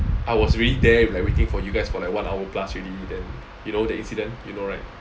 I was really there like waiting for you guys for like one hour plus already then you know the incident you know right